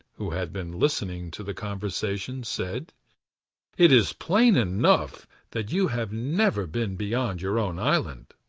who had been listening to the conversation said it is plain enough that you have never been beyond your own island.